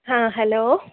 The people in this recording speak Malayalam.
ആ ഹലോ